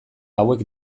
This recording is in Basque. hauek